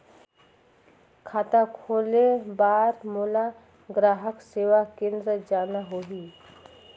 खाता खोले बार मोला ग्राहक सेवा केंद्र जाना होही?